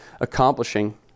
accomplishing